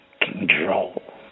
Control